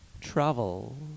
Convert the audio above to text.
travel